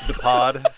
the pod?